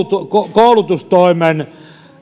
koulutustoimen